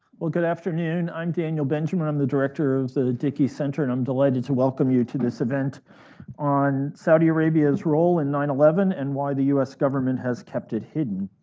well good afternoon. i'm daniel benjamin. i'm the director of the dickey center. and i'm delighted to welcome you to this event on saudi arabia's role in nine eleven, and why the u s. government has kept it hidden.